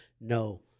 No